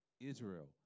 Israel